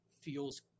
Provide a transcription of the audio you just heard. feels